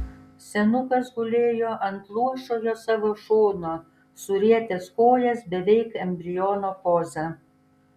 senukas gulėjo ant luošojo savo šono surietęs kojas beveik embriono poza